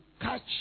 catch